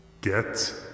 Get